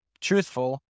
truthful